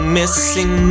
missing